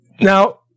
Now